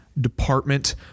department